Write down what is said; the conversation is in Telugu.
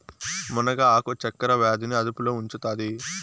మునగ ఆకు చక్కర వ్యాధి ని అదుపులో ఉంచుతాది